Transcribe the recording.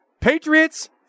Patriots